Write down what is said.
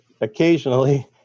occasionally